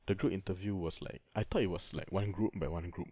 the group interview was like I thought it was like one group by one group